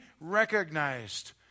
recognized